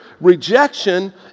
Rejection